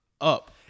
up